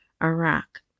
Iraq